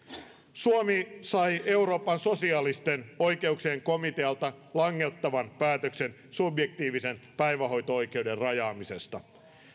suomi sai euroopan sosiaalisten oikeuksien komitealta langettavan päätöksen subjektiivisen päivähoito oikeuden rajaamisesta